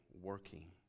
working